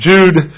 Jude